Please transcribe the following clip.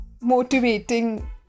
motivating